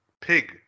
pig